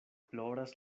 ploras